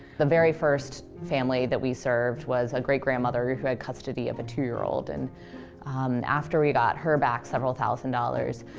the very first family that we served was a great-grandmother who who had custody of a two year old. and after we got her back several thousand dollars,